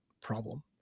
problem